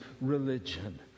religion